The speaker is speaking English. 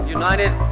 united